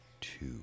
two